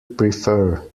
prefer